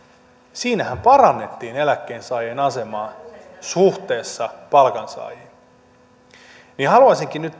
siinähän parannettiin eläkkeensaajien asemaa suhteessa palkansaajiin nyt